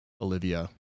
Olivia